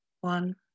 one